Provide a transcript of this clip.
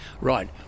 Right